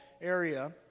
area